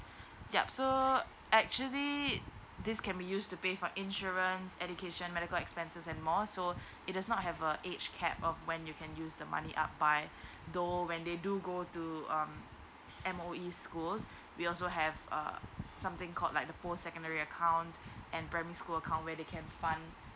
yup so actually this can be used to pay for insurance education medical expenses and more so it does not have a age capped of when you can use the money up by though when they do go to um M_O_E school we also have uh something called like the poor secondary account and primary school account where they can fund